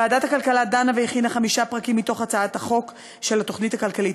ועדת הכלכלה דנה והכינה חמישה פרקים מתוך הצעת חוק התוכנית הכלכלית.